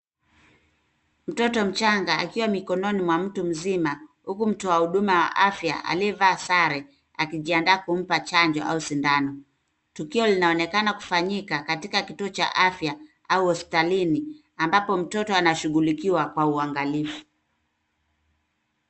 Mtoto mchanga akiwa mikononi mwa mtu mzima huku mtu wa huduma ya afya aliyevaa sare akijiandaa kumpa chanjo au sindano. Tukio linaonekana kufanyika katika kituo cha afya au hospitalini ambapo mtoto anashughulikiwa kwa uangalifu.